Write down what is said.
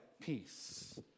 peace